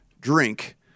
drink